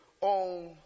on